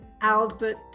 Albert